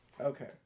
Okay